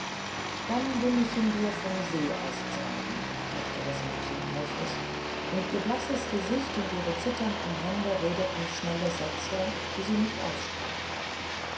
dann will ich ihn dir vom see aus zeigen nickte das mädchen eifrig und ihr blasses gesicht und ihre zitternden hände redeten schnelle sätze die sie nicht aussprach